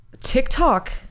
TikTok